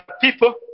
people